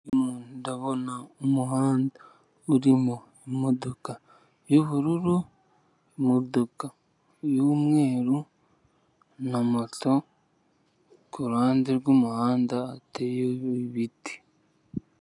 Ndimo ndabona umuhanda uririmo imodoka y'ubururu, imodoka y'umweru na moto, ku ruhande rw'umuhanda hateye ibiti.